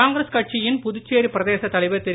காங்கிரஸ் கட்சியின் புதுச்சேரி பிரதேச தலைவர் திரு